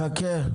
חכה,